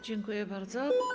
Dziękuję bardzo.